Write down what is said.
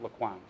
Laquan